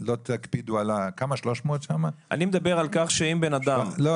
לא תקפידו על --- אני מדבר על כך שאם בן אדם --- לא,